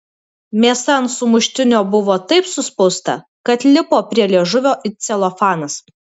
mėsa ant sumuštinio buvo taip suspausta kad lipo prie liežuvio it celofanas